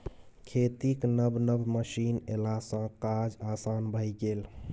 खेतीक नब नब मशीन एलासँ काज आसान भए गेल